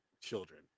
children